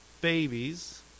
babies